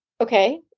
Okay